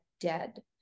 dead